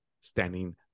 standing